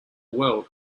world